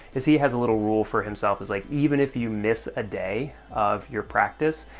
is he has a little rule for himself. it's like, even if you miss a day of your practice,